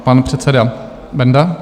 Pan předseda Benda.